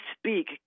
speak